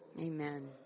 Amen